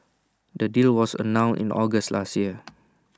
the deal was announced in August last year